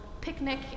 picnic